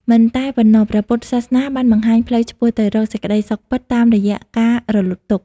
មិនតែប៉ុណ្ណោះព្រះពុទ្ធសាសនាបានបង្ហាញផ្លូវឆ្ពោះទៅរក សេចក្ដីសុខពិត តាមរយៈការរំលត់ទុក្ខ។